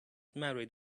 married